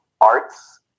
arts